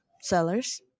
sellers